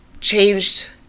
changed